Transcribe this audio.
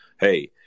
hey